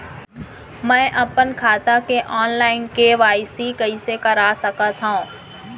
मैं अपन खाता के ऑनलाइन के.वाई.सी कइसे करा सकत हव?